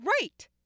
right